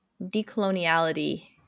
decoloniality